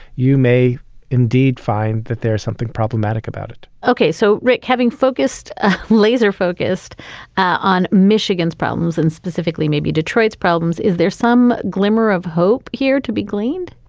you may indeed find that there's something problematic about it okay. so, rick, having focused laser focused on michigan's problems and specifically maybe detroit's problems. is there some glimmer of hope here to be gleaned?